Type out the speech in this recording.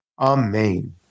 Amen